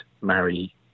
marry